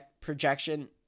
projection